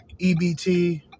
EBT